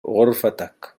غرفتك